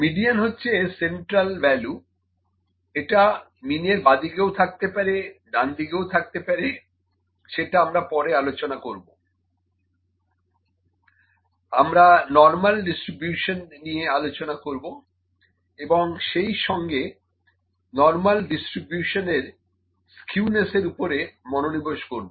median হচ্ছে central value এটা mean এর বাঁদিকেও থাকতে পারে ডানদিকেও থাকতে পারে সেটা আমরা পারে আলোচনা করবো আমরা নরমাল ডিস্ট্রিবিউশন নিয়ে আলোচনা করবো এবং সেই সঙ্গে নরমাল ডিস্ট্রিবিউশন এর স্কিউনেস এর ওপারে মনোনিবেশ করবো